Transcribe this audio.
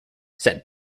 sent